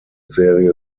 serie